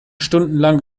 stundenlang